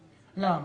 למה?